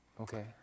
Okay